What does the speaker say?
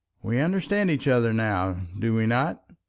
we understand each other now do we not?